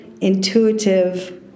Intuitive